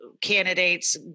candidates